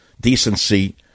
decency